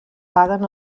paguen